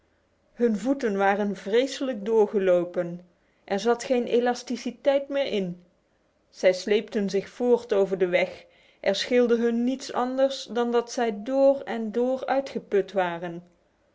hun voeten waren vreselijk doorgelopen er zat geen elasticiteit meer in zij sleepten zich voort over de weg er scheelde hun niets anders dan dat zij door en door uitgeput waren